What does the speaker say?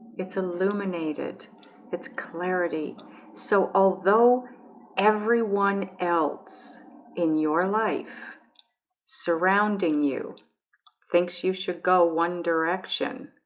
it's illuminated its clarity so although everyone else in your life surrounding you thinks you should go one direction